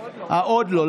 אה, עוד לא.